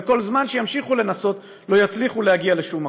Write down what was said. וכל זמן שימשיכו לנסות לא יצליחו להגיע לשום מקום.